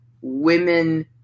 women